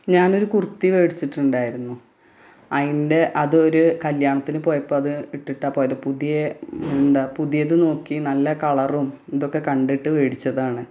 ഞാനൊരു കുർത്തി വേടിച്ചിട്ടുണ്ടായിരുന്നു അയിൻ്റെ അതൊര് കല്യാണത്തിന് പോയപ്പം അത് ഇട്ടിട്ടാണ് പോയത് പുതിയ എന്താ പുതിയത് നോക്കി നല്ല കളറും ഇതൊക്കെ കണ്ടിട്ട് വേടിച്ചതാണ്